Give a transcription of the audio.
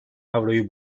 avroyu